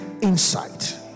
insight